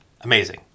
amazing